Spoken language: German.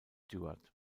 stewart